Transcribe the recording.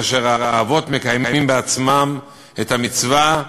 כאשר האבות מקיימים בעצמם את המצווה: